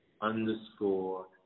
underscore